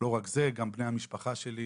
מגיעים אליכם מפקחים?